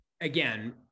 again